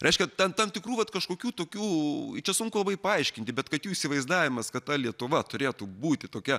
reiškia tam tam tikrų vat kažkokių tokių čia sunku labai paaiškinti bet kad jų įsivaizdavimas kad ta lietuva turėtų būti tokia